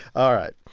all right.